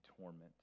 torment